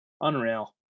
unreal